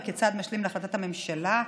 וכצעד משלים להחלטת הממשלה,